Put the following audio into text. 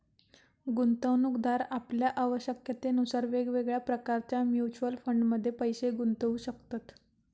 गुंतवणूकदार आपल्या आवश्यकतेनुसार वेगवेगळ्या प्रकारच्या म्युच्युअल फंडमध्ये पैशे गुंतवू शकतत